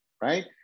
right